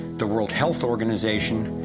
the world health organization,